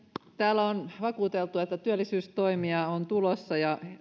täällä on vakuuteltu että työllisyystoimia on tulossa ja